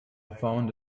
found